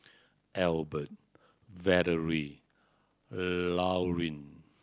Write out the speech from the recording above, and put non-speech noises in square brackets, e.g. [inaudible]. Albert Valerie [hesitation] Laurine